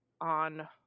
on